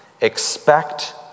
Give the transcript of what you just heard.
expect